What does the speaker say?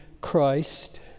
Christ